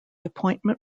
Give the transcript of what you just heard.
appointment